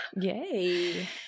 Yay